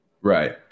Right